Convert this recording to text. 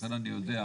לכן אני יודע.